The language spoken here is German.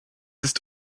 ist